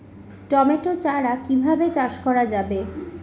Tomato চারা কিভাবে চাষ করা যাবে?